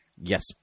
Yes